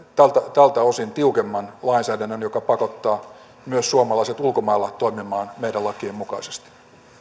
tältä osin tiukemman lainsäädännön joka pakottaa myös suomalaiset ulkomailla toimimaan meidän lakiemme mukaisesti